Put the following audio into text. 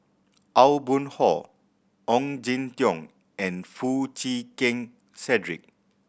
Aw Boon Haw Ong Jin Teong and Foo Chee Keng Cedric